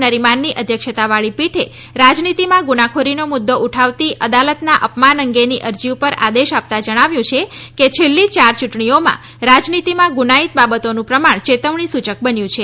નરીમાનની અધ્યક્ષતા વાળી પીઠે રાજનીતીમાં ગુનાખોરીનો મુદ્દો ઉઠાવતી અદાલતના અપમાન અંગેની અરજી પર આદેશ આપતાં જણાવ્યુંકે છેલ્લી ચાર ચૂંટણીઓમાં રાજનીતીમાં ગુનાઈત બાબતોનું પ્રમાણ ચેતવણીસૂચક બન્યું છે